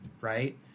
right